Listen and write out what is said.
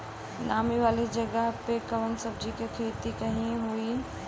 नामी वाले जगह पे कवन सब्जी के खेती सही होई?